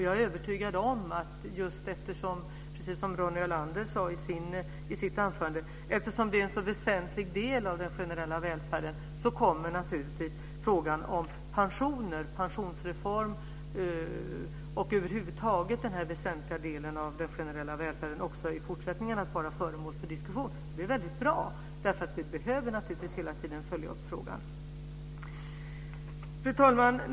Jag är övertygad om - precis som Ronny Olander sade i sitt anförande - att frågan om pensioner och pensionsreformer också i fortsättningen kommer att vara föremål för diskussion eftersom det är en så väsentlig del av den generella välfärden. Det är mycket bra. Vi behöver naturligtvis hela tiden följa upp frågan. Fru talman!